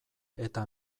eta